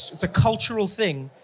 it's a cultural thing.